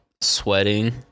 sweating